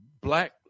black